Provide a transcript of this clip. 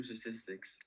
statistics